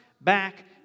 back